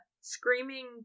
screaming